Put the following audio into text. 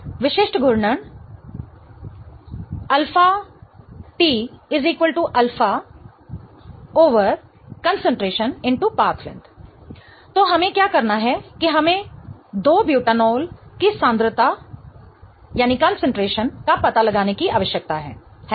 विशिष्ट घूर्णन αT α conc X path length तो हमें क्या करना है कि हमें 2 बुटानॉल की सांद्रता का पता लगाने की आवश्यकता है है ना